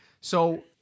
So-